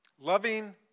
Loving